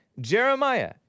Jeremiah